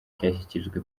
cyashyikirijwe